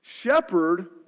shepherd